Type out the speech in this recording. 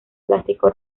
plástico